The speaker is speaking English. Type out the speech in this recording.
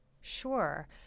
Sure